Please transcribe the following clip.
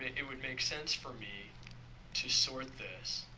it would make sense for me to sort this.